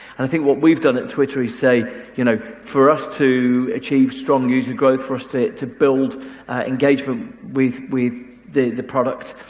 and i think what we've done at twitter is say you know for us to achieve strong user growth, for us to build engagement with with the product,